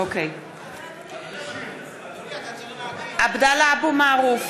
(קוראת בשמות חברי הכנסת) עבדאללה אבו מערוף,